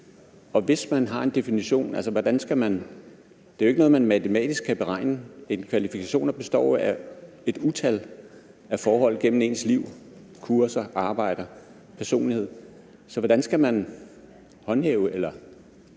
Og hvis man har en definition, hvordan skal man så gøre det? Det er jo ikke noget, man matematisk kan beregne. Ens kvalifikationer består af et utal af forhold, som har været gennem ens liv: kurser, arbejde og personlighed. Så hvordan skal man håndhæve det